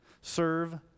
Serve